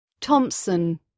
Thompson